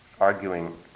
arguing